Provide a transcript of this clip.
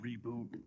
reboot